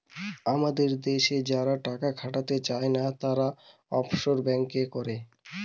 আমাদের দেশে যারা টাকা খাটাতে চাই না, তারা অফশোর ব্যাঙ্কিং করে